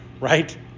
Right